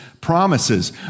promises